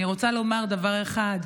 אני רוצה לומר דבר אחד.